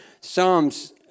Psalms